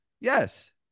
Yes